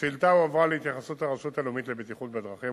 השאילתא הועברה להתייחסות הרשות הלאומית לבטיחות בדרכים,